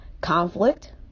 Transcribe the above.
conflict